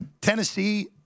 Tennessee